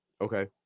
Okay